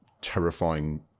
terrifying